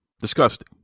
Disgusting